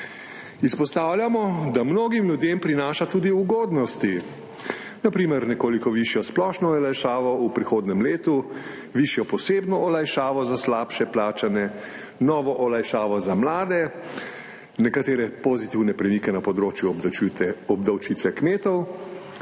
Izpostavljamo, da mnogim ljudem prinaša tudi ugodnosti, na primer nekoliko višjo splošno olajšavo v prihodnjem letu, višjo posebno olajšavo za slabše plačane, novo olajšavo za mlade, nekatere pozitivne premike na področju obdavčitve, obdavčitve kmetov,